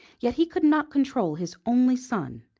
yet he could not control his only son,